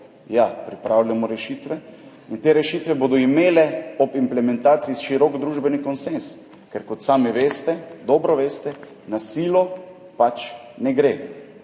ja, pripravljamo rešitve. Te rešitve bodo imele ob implementaciji širok družbeni konsenz, ker kot sami veste, dobro veste, na silo pač ne gre.